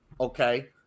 okay